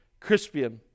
Crispian